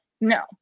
No